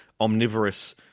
omnivorous